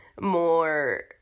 more